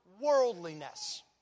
worldliness